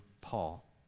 Paul